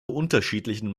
unterschiedlichen